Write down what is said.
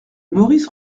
maurice